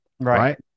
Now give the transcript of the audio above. Right